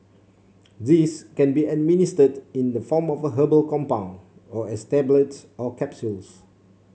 these can be administered in the form of a herbal compound or as tablets or capsules